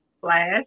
Flash